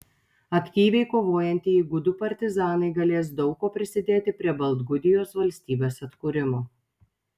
aktyviai kovojantieji gudų partizanai galės daug kuo prisidėti prie baltgudijos valstybės atkūrimo